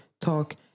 talk